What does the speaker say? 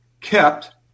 kept